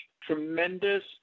tremendous